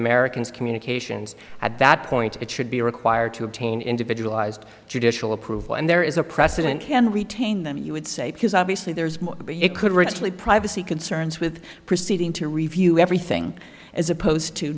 americans communications at that point it should be required to obtain individualized judicial approval and there is a precedent can retain then you would say because obviously there's more it could ritually privacy concerns with proceeding to review everything as opposed to